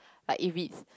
like if it's